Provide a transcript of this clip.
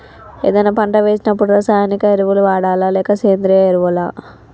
ఏదైనా పంట వేసినప్పుడు రసాయనిక ఎరువులు వాడాలా? లేక సేంద్రీయ ఎరవులా?